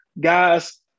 Guys